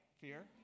Fear